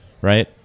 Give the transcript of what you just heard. right